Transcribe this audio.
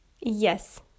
Yes